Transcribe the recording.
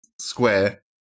Square